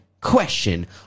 question